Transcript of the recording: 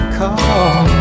call